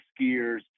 skiers